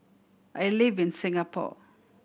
I live in Singapore